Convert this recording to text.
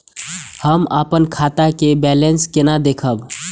हम अपन खाता के बैलेंस केना देखब?